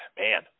man